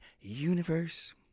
universe